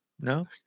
No